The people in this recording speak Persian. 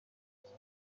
سانتی